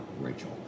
Rachel